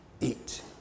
eat